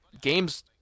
Games